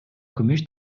күмүш